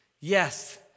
Yes